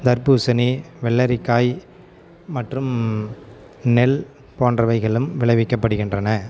தர்பூசணி வெள்ளரிக்காய் மற்றும் நெல் போன்றவைகளும் விளைவிக்கப்படுகின்றன